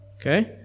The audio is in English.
Okay